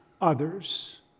others